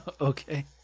Okay